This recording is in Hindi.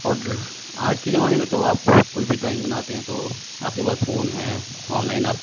और ड्रा आज के जमाने में तो आप कोई ड्राइंग बनाते हैं तो आपके पास फोन हैं ऑनलाइन आप